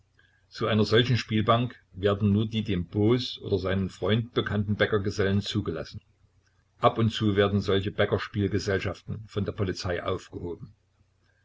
zu einer solchen spielbank werden nur die dem booß oder seinen freunden bekannten bäckergesellen zugelassen ab und zu werden solche bäcker spielgesellschaften von der polizei aufgehoben